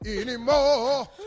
anymore